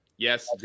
Yes